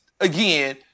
again